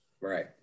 Right